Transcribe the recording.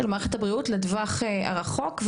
מערכת הבריאות לטווח הרחוק,